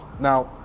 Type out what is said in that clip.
Now